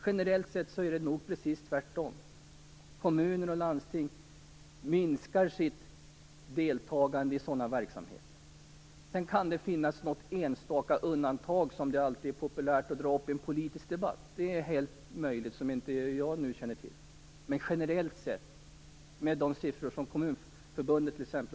Generellt sett är det precis tvärtom - kommuner och landsting minskar sitt deltagande i sådana verksamheter. Det kan finnas något enstaka undantag som jag inte känner till, som det alltid är populärt att dra upp i en politisk debatt. Men generellt sett är det inte så. Det visar t.ex. de siffror som Kommunförbundet har tagit fram.